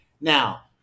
now